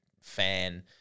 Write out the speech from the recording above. fan